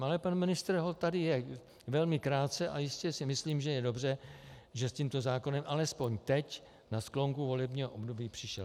Ale pan ministr tady je velmi krátce a jistě si myslím, že je dobře, že s tím zákonem alespoň teď na sklonku volebního období přišel.